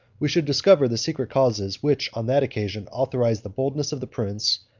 we should discover the secret causes which on that occasion authorized the boldness of the prince,